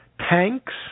tanks